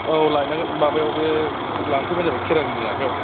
औ लाइनांगोन माबायाव बे लांफैबानो जाबाय खेरानिनि आखायाव